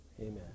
Amen